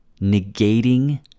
negating